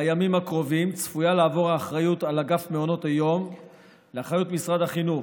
בימים הקרובים צפויה לעבור האחריות לאגף מעונות היום למשרד החינוך.